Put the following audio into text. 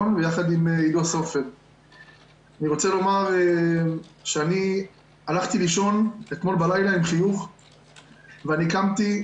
אני רוצה לומר שהלכתי לישון אתמול בלילה עם חיוך ואני קמתי